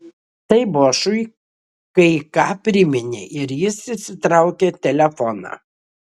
tai bošui kai ką priminė ir jis išsitraukė telefoną